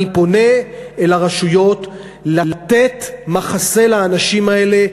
אני פונה אל הרשויות לתת מחסה לאנשים האלה,